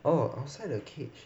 orh outside the cage